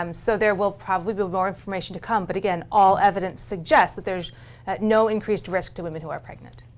um so there will probably be more information to come. but again, all evidence suggests that there's no increased risk to women who are pregnant.